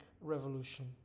Revolution